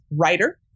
writer